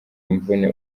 imvune